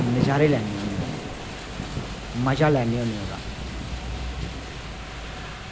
नज़ारे लैन्ने होन्ने ओह्दे मज़ा लैन्ने होन्ने ओह्दा